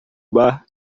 bar